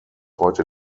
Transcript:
heute